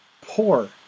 Poor